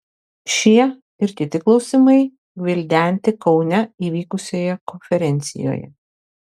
šie ir kiti klausimai gvildenti kaune įvykusioje konferencijoje